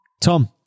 Tom